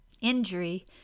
Injury